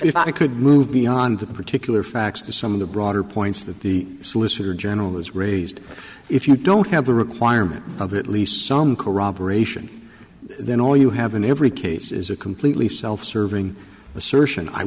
if i could move beyond the particular facts to some of the broader points that the solicitor general has raised if you don't have the requirement of at least some corroboration then all you have in every case is a completely self serving assertion i